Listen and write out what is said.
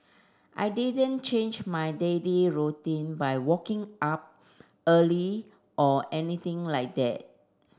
I didn't change my daily routine by walking up early or anything like that